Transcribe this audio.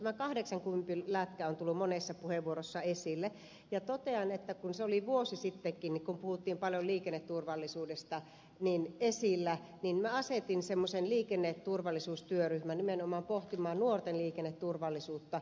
tämä kahdeksankympin lätkä on tullut monessa puheenvuorossa esille ja totean että kun se oli esillä vuosi sitten kun puhuttiin paljon liikenneturvallisuudesta minä asetin semmoisen liikenneturvallisuustyöryhmän nimenomaan pohtimaan nuorten liikenneturvallisuutta